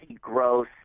gross